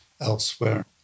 elsewhere